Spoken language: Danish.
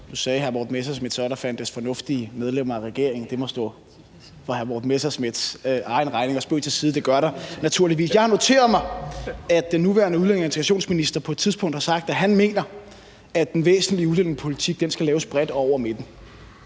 så, at der fandtes fornuftige medlemmer af regeringen, og det må stå for hr. Morten Messerschmidts egen regning. Nej, spøg til side, det gør der naturligvis. Jeg har noteret mig, at den nuværende udlændinge- og integrationsminister på et tidspunkt har sagt, at han mener, at den væsentlige udlændingepolitik skal laves bredt hen over midten,